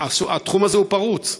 התחום הזה הוא פרוץ,